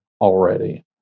already